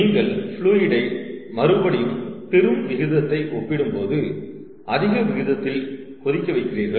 நீங்கள் ஃப்ளுயிடை நீங்கள் மறுபடியும் பெரும் விகிதத்தை ஒப்பிடும்போது அதிக விகிதத்தில் கொதிக்க வைக்கிறீர்கள்